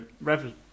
rev